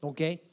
Okay